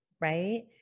Right